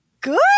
Good